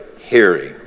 hearing